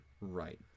Right